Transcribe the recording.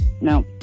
No